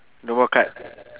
no more card